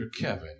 Kevin